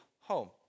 home